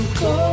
go